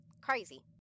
Crazy